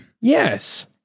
Yes